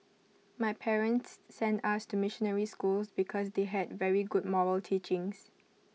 my parents sent us to missionary schools because they had very good moral teachings